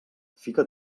fica